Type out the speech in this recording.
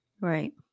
Right